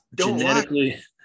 genetically